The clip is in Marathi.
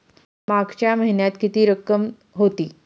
मागच्या महिन्यात किती रक्कम होती?